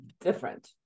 different